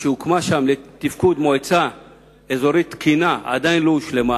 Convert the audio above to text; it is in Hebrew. שהוקמה שם לתפקוד מועצה אזורית תקינה עדיין לא הושלמה.